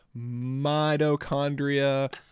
mitochondria